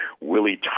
Willie